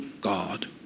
God